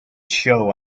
show